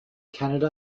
canada